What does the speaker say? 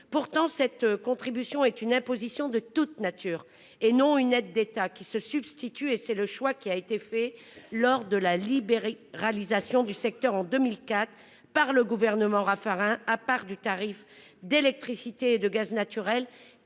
Pourtant, cette contribution est une imposition de toute nature, et non une aide d'État qui se substitue- c'est le choix qui a été fait lors de la libéralisation du secteur en 2004 par le gouvernement Raffarin -à la part du tarif d'électricité et de gaz naturel,